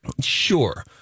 Sure